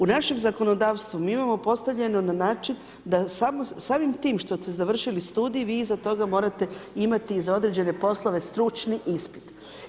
U našem zakonodavstvu mi imamo postavljeno na način da samim tim što ste završili studij vi iza toga morate imati za određene poslove stručni ispit.